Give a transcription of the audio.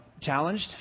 challenged